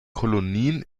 kolonien